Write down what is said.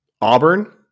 Auburn